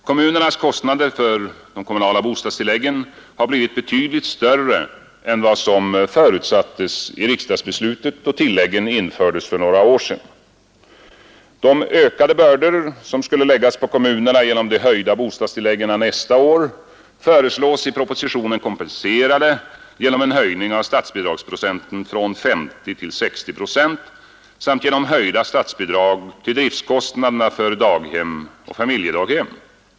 Kommunernas kostnader för kommunala bostadstillägg har blivit betydligt större än vad som förutsattes i riksdagsbeslutet då tilläggen infördes för några år sedan. De ökade bördor som skulle läggas på kommunerna genom de höjda bostadstilläggen nästa år föreslås i propositionen kompenserade genom en höjning av statsbidragsprocenten från 50 till 60 procent samt genom höjda statsbidrag till driftkostnaderna för daghem och fritidshem.